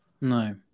No